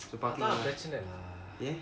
அதன் ப்ரெசன்:athan prechan lah